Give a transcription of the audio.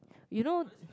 you know